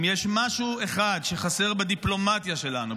אם יש משהו אחד שחסר בדיפלומטיה שלנו,